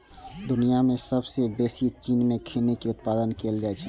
दुनिया मे सबसं बेसी चीन मे खैनी के उत्पादन कैल जाइ छै